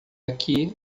aqui